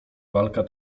walka